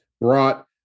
brought